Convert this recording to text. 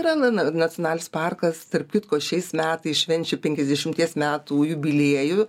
yra na na nacionalinis parkas tarp kitko šiais metais švenčia penkiasdešimties metų jubiliejų